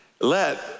let